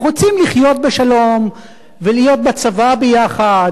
רוצים לחיות בשלום ולהיות בצבא ביחד,